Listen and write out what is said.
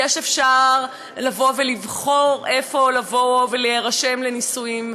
ואפשר לבוא ולבחור לאיפה לבוא ולהירשם לנישואים?